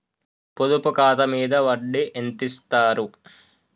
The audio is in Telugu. పొదుపు ఖాతా మీద వడ్డీ ఎంతిస్తరు?